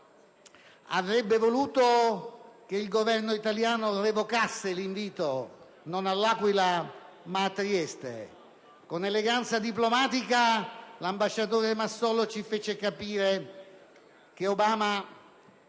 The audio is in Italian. avrebbe voluto che il Governo italiano revocasse l'invito non all'Aquila, ma a Trieste rivolto all'Iran. Con eleganza diplomatica l'ambasciatore Massolo ci fece capire che Obama